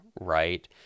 right